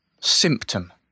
symptom